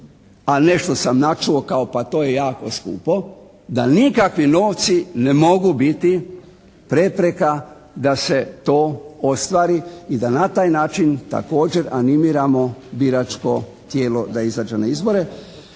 a nešto sam načuo pa to je jako skupo, da nikakvi novci ne mogu biti prepreka da se to ostvari i d na taj način također animiramo biračko tijelo da iziđe na izbore.